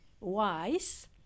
wise